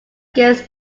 against